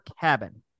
cabin